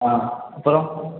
ஆ அப்புறம்